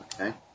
Okay